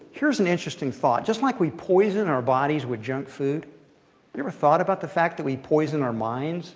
here's an interesting thought. just like we poison our bodies with junk food, have you ever thought about the fact that we poison our minds